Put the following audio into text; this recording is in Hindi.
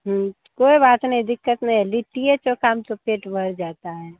कोई बात नहीं दिक्कत नहीं है लिट्टीए चोखा में सब पेट भर जाता है